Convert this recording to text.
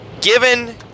given